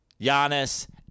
Giannis